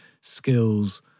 skills